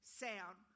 sound